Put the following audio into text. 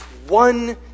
one